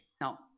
Now